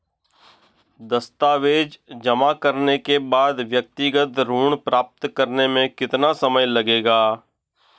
दस्तावेज़ जमा करने के बाद व्यक्तिगत ऋण प्राप्त करने में कितना समय लगेगा?